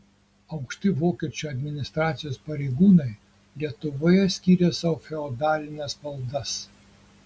aukšti vokiečių administracijos pareigūnai lietuvoje skyrė sau feodalines valdas